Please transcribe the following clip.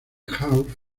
house